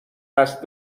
است